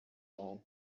bantu